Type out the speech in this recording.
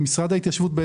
ההתיישבות?